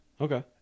okay